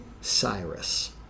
Cyrus